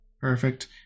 Perfect